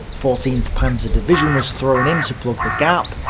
fourteenth panzer division was thrown in to plug the gap,